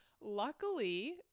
luckily